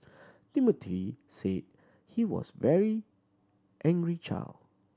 Timothy said he was very angry child